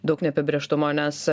daug neapibrėžtumo nes